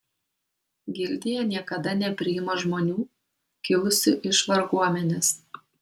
gildija niekada nepriima žmonių kilusių iš varguomenės